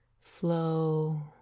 flow